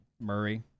Murray